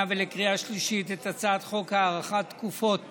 ולקריאה שלישית את הצעת חוק הארכת תקופות